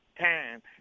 time